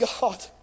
God